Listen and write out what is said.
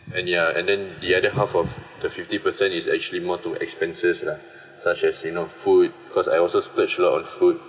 and ya and then the other half of the fifty percent is actually more to expenses lah such as you know food because I also splurge a lot on food